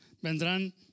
vendrán